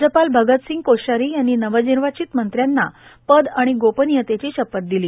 राज्यपाल भगतसिंग कोश्यारी यांनी नवनिर्वाचित मंत्र्यांना पद आणि गोपनियतेची शपथ दिली